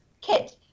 kit